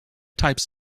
types